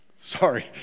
Sorry